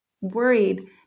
worried